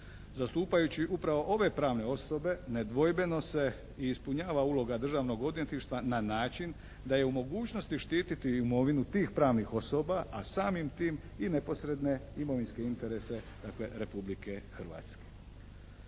Zastupajući upravo ove pravne osobe nedvojbeno se i ispunjava uloga Državnog odvjetništva na način da je u mogućnosti štititi imovinu tih pravnih osoba, a samim tim i neposredne imovinske interese Republike Hrvatske.